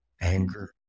anger